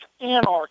anarchy